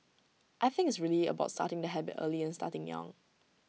I think it's really about starting the habit early and starting young